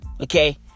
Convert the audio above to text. Okay